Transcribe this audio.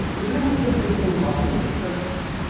we're doing the simplest thing possible with the templates.